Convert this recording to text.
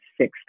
six